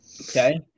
Okay